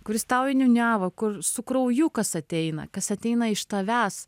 kuris tau niūniavo kur su krauju kas ateina kas ateina iš tavęs